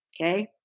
Okay